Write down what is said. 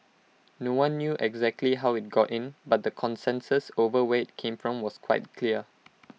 no one knew exactly how IT got in but the consensus over where IT came from was quite clear